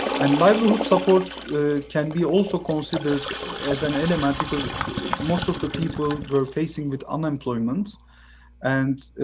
and livelihood support can be also considered as an element, because most of the people we're facing with unemployment and